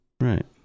Right